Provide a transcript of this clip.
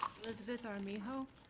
elizabeth armijo.